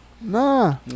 Nah